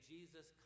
Jesus